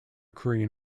korean